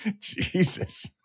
Jesus